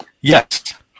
yes